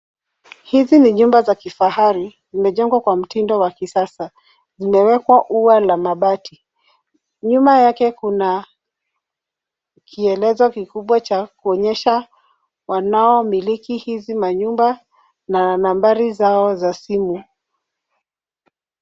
Hizi ni jumba za kifahari, zimejengwa kwa mtindo wa kisasa. Imewekwa ua la mabati. Nyuma yake kuna kielezo kikubwa cha kuonyesha wanaomiliki hizi manyumba na nambari zao za simu.